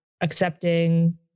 accepting